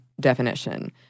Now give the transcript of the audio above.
definition